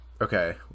Okay